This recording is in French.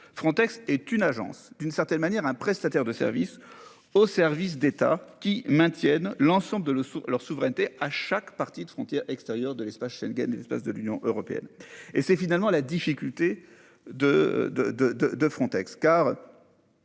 Frontex est une agence d'une certaine manière un prestataire de service au service d'état qui maintienne l'ensemble de l'eau sous leur souveraineté à chaque partie de frontières extérieures de l'espace Schengen, une espèce de l'Union européenne et c'est finalement la difficulté de de